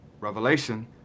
revelation